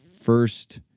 first